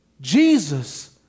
Jesus